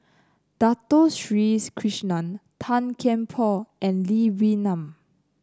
Dato Sri Krishna Tan Kian Por and Lee Wee Nam